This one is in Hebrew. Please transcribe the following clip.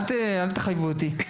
אל תחייבו אותי.